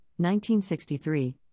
1963